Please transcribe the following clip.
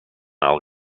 alt